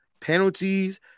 penalties